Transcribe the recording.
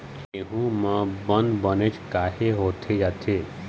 गेहूं म बंद बनेच काहे होथे जाथे?